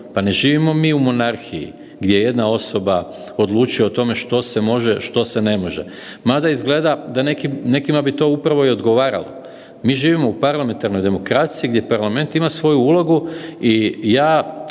Pa ne živimo mi u monarhiji, gdje jedna osoba odlučuje o tome što se može, što se ne može. Mada izgleda da nekima ti to upravo i odgovaralo. Mi živimo u parlamentarnoj demokraciji gdje parlament ima svoju ulogu i ja